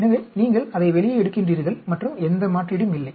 எனவே நீங்கள் அதை வெளியே எடுக்கின்றீர்கள் மற்றும் எந்த மாற்றீடும் இல்லை